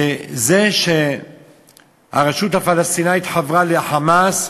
זה שהרשות הפלסטינית חברה ל"חמאס"